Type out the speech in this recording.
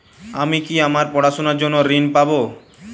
আমি কি আমার পড়াশোনার জন্য ঋণ পাব?